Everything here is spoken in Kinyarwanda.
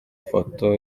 foto